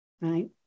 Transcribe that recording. Right